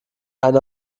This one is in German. einer